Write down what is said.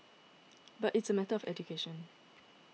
but it's a matter of education